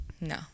No